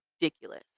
ridiculous